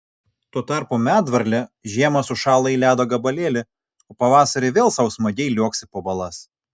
tuo tarpu medvarlė žiemą sušąla į ledo gabalėlį o pavasarį vėl sau smagiai liuoksi po balas